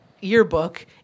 yearbook